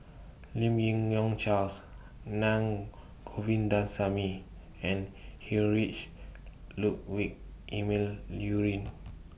Lim Yi Yong Charles Na Govindasamy and Heinrich Ludwig Emil Luering